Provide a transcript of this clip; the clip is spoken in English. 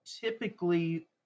typically